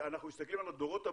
שאנחנו מסתכלים על הדורות הבאים,